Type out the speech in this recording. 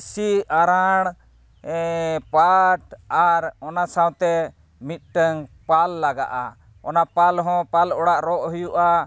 ᱤᱥᱤ ᱟᱸᱨᱟᱲ ᱯᱟᱴ ᱟᱨ ᱚᱱᱟ ᱥᱟᱶᱛᱮ ᱢᱤᱫᱴᱟᱝ ᱯᱷᱟᱞ ᱞᱟᱜᱟᱜᱼᱟ ᱚᱱᱟ ᱞᱷᱟᱯ ᱦᱚᱸ ᱯᱷᱟᱞ ᱚᱲᱟᱜ ᱨᱚᱜ ᱦᱩᱭᱩᱜᱼᱟ